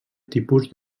tipus